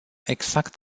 exact